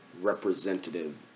representative